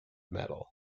medal